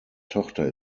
tochter